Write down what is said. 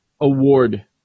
award